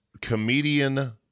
comedian